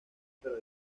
pero